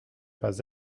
pas